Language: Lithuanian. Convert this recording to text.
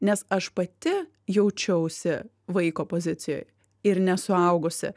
nes aš pati jaučiausi vaiko pozicijoj ir nesuaugusi